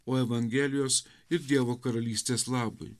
o evangelijos ir dievo karalystės labui